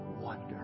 wonder